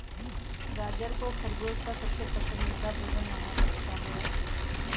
गाजर को खरगोश का सबसे पसन्दीदा भोजन माना जाता है